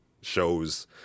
shows